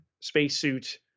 spacesuit